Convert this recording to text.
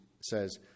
says